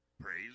Praise